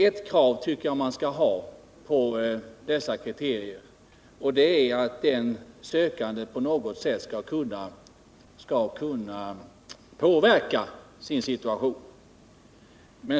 Ett krav skall man enligt min mening kunna ställa på dessa kriterier, och det är att sökanden på något sätt skall kunna påverka sin situation.